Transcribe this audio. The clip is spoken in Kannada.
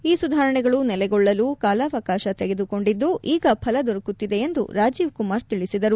ಈ ಸುಧಾರಣೆಗಳು ನೆಲೆಗೊಳ್ಳಲು ಕಾಲಾವಕಾಶ ತೆಗೆದುಕೊಂಡಿದ್ಲು ಈಗ ಫಲ ದೊರಕುತ್ತಿದೆ ಎಂದು ರಾಜೀವ್ ಕುಮಾರ್ ತಿಳಿಸಿದರು